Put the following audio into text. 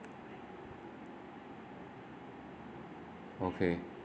okay